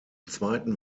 zweiten